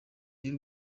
ry’u